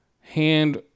hand